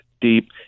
deep